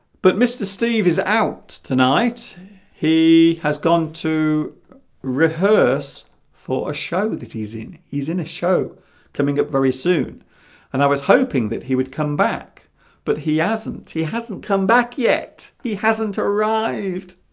but mr. steve is out tonight he has gone to rehearse for a show that he's in he's in a show coming up very soon and i was hoping that he would come back but he hasn't he hasn't come back yet he hasn't arrived